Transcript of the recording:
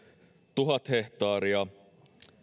tuhat hehtaaria